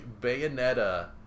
Bayonetta